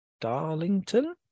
darlington